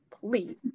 please